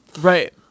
Right